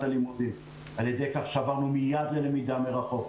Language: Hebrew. הלימודים על-ידי כך שעברנו מייד ללמידה מרחוק.